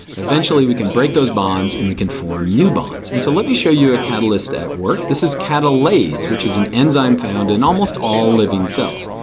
eventually we can break those bonds and we can form new bonds. and so let me show you a catalyst at work. this is catalase, which is an enzyme found in almost all living cells.